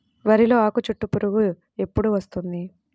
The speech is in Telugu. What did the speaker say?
వరిలో ఆకుచుట్టు పురుగు ఎప్పుడు వస్తుంది?